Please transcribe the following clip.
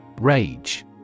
Rage